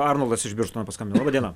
arnoldas iš birštono paskambino laba diena